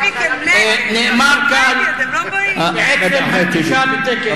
נאמר כאן שעצם הפגישה בטקס,